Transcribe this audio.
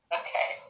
okay